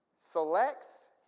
selects